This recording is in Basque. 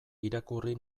irakurri